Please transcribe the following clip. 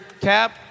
cap